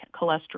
cholesterol